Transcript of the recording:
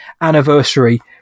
anniversary